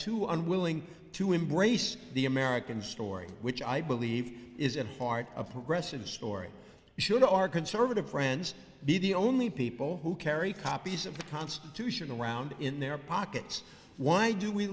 to unwilling to embrace the american story which i believe is at heart a progressive story should our conservative friends be the only people who carry copies of the constitution around in their pockets why do we